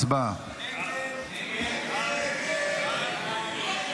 הסיכום של סיעת רע"מ.